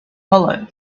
hollow